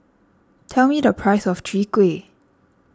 tell me the price of Chwee Kueh